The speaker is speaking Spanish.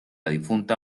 difunta